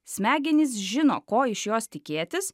smegenys žino ko iš jos tikėtis